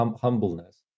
humbleness